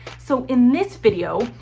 so in this video,